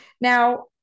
Now